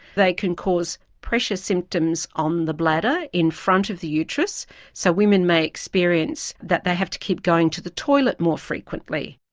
can cause pressure symptoms on the bladder in front of the uterus so women may experience that they have to keep going to the toilet more frequently.